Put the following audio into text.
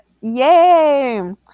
yay